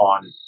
on